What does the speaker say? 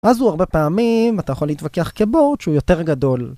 אז הוא הרבה פעמים, אתה יכול להתווכח כבורד שהוא יותר גדול